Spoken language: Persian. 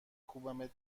کوبمت